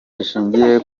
rishingiye